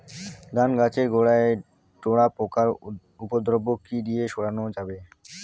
ধান গাছের গোড়ায় ডোরা পোকার উপদ্রব কি দিয়ে সারানো যাবে?